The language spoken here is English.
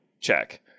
check